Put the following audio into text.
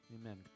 Amen